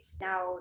Now